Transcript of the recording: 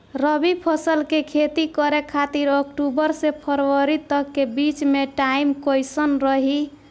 रबी फसल के खेती करे खातिर अक्तूबर से फरवरी तक के बीच मे टाइम कैसन रही?